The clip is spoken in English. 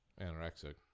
anorexic